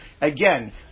Again